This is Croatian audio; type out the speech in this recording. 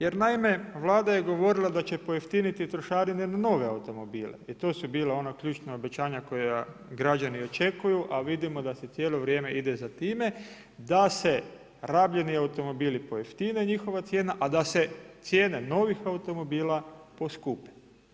Jer naime, Vlada je govorila da će pojeftiniti trošarine na nove automobile i to su bila ona ključna obećanja koja građani očekuju, a vidimo da se cijelo vrijeme ide za time da se rabljeni automobili pojeftine njihova cijena, a da se cijene novih automobila poskupe.